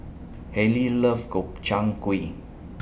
Haylie loves Gobchang Gui